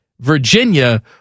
Virginia